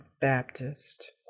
Baptist